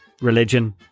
religion